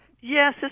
Yes